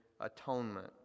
atonement